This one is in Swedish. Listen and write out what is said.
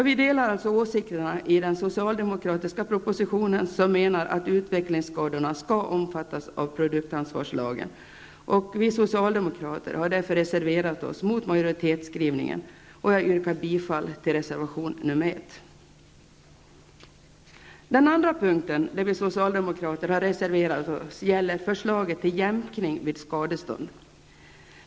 Vi delar åsikterna i den socialdemokratiska propositionen, som anser att utvecklingsskadorna skall omfattas av produktansvarslagen. Vi socialdemokrater har därför reserverat oss mot majoritetsskrivningen. Jag yrkar bifall till reservation nr 1. Den andra punkten där vi socialdemokrater har reserverat oss gäller förslaget till jämkning vid skadestånd.